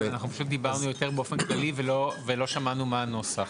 אנחנו פשוט דיברנו יותר באופן כללי ולא שמענו מה הנוסח.